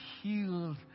healed